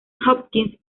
hopkins